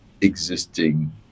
existing